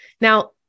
Now